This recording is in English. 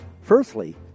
Firstly